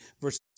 verses